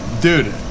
Dude